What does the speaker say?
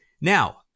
Now